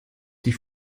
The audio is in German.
die